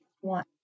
one